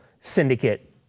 syndicate